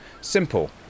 Simple